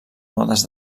modes